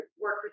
work